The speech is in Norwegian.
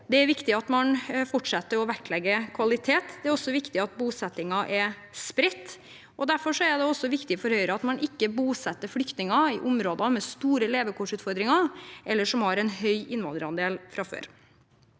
Det er viktig at man fortsetter å vektlegge kvalitet. Det er også viktig at bosettingen er spredt. Derfor er det også viktig for Høyre at man ikke bosetter flyktninger i områder med store levekårsutfordringer eller som har en høy innvandrerandel fra før.